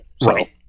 Right